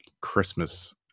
Christmas